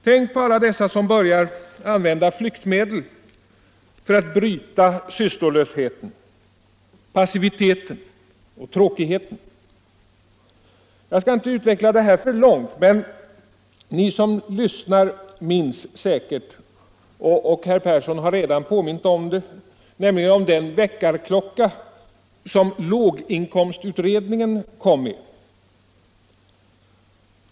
Tänk på alla dessa som börjar använda flyktmedel för att bryta sysslolösheten, passiviteten och tråkigheten. Jag skall inte utveckla det här för långt, men ni som lyssnar minns säkert — och herr Persson i Karlstad har påmint om det — den väckarklocka som låginkomstutredningen var.